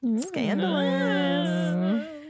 Scandalous